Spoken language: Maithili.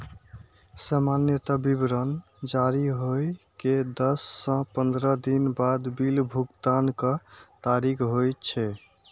सामान्यतः विवरण जारी होइ के दस सं पंद्रह दिन बाद बिल भुगतानक तारीख होइ छै